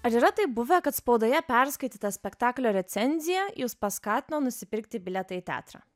ar yra taip buvę kad spaudoje perskaityta spektaklio recenzija jus paskatino nusipirkti bilietą į teatrą